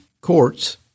court's